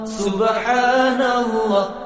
subhanallah